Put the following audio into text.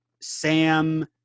Sam